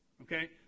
okay